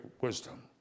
wisdom